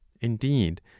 indeed